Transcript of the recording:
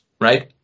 right